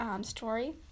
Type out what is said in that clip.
story